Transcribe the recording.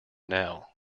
now